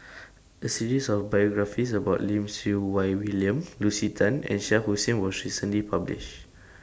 A series of biographies about Lim Siew Wai William Lucy Tan and Shah Hussain was recently published